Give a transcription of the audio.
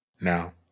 Now